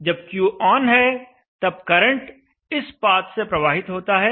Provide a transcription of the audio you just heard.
जब Q on है तब करंट इस पाथ से प्रवाहित होता है